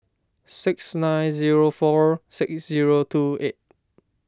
six nine zero four six zero two eight